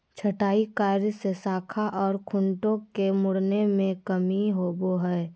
छंटाई कार्य से शाखा ओर खूंटों के मुड़ने में कमी आवो हइ